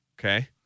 Okay